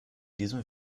diesem